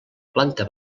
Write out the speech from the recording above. planta